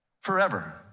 forever